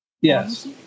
yes